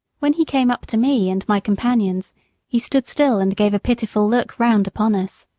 when he came up to me and my companions he stood still and gave a pitiful look round upon us.